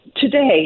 Today